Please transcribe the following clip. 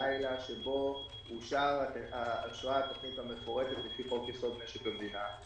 בלילה שבו אושרה התוכנית המפורטת לפי חוק יסוד: משק המדינה.